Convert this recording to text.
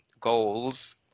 goals